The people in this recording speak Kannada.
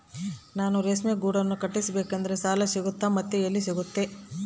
ನಾನು ರೇಷ್ಮೆ ಗೂಡನ್ನು ಕಟ್ಟಿಸ್ಬೇಕಂದ್ರೆ ಸಾಲ ಸಿಗುತ್ತಾ ಮತ್ತೆ ಎಲ್ಲಿ ಸಿಗುತ್ತೆ?